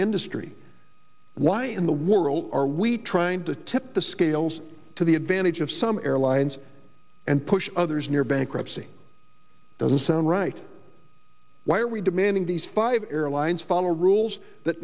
industry why in the world are we trying to tip the scales to the advantage of some airlines and push others near bankruptcy doesn't sound right why are we demanding these five airlines follow rules that